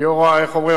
גיורא, איך אומרים?